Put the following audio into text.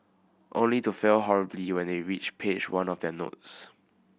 only to fail horribly when they reach page one of their notes